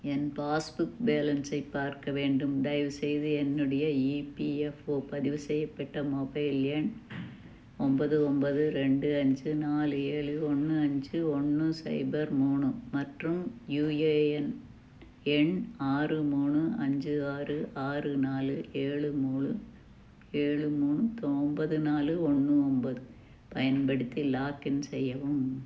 என் passbook பேலன்ஸை பார்க்க வேண்டும் தயவுசெய்து என்னுடைய இபிஎஃப்ஓ பதிவு செய்யப்பட்ட மொபைல் எண் ஒன்பது ஒன்பது ரெண்டு அஞ்சு நாலு ஏழு ஒன்று அஞ்சு ஒன்று சைபர் மூணு மற்றும் யுஏஎன் எண் ஆறு மூணு அஞ்சு ஆறு ஆறு நாலு ஏழு மூணு ஏழு மூணு ஒன்பது நாலு ஒன்று ஒன்பது பயன்படுத்தி லாக்இன் செய்யவும்